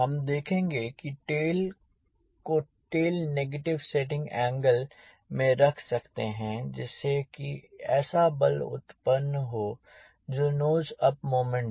हम देखेंगे कि टेल को टेल नेगेटिव सेटिंग एंगेल में रख सकते हैं जिससे कि ऐसा बल उत्पन्न हो जो नोज अप मोमेंट दे